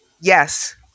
Yes